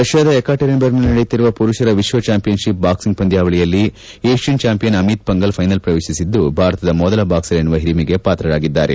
ರಷ್ಕಾದ ಎಕಾಟೆರಿನ್ ಬರ್ಗ್ನಲ್ಲಿ ನಡೆಯುತ್ತಿರುವ ಮರುಷರ ವಿಶ್ವ ಚಾಂಪಿಯನ್ ಶಿಪ್ ಬಾಕ್ಲಿಂಗ್ ಪಂದ್ಕಾವಳಿಯಲ್ಲಿ Asian champion Amit Panghal final ಪ್ರವೇಶಿಸಿದ್ದು ಭಾರತದ ಮೊದಲ ಬಾಕ್ಸರ್ ಎನ್ನುವ ಹಿರಿಮೆಗೆ ಪಾತ್ರರಾಗಿದ್ದಾರೆ